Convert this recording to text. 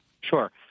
Sure